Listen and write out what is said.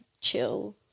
chill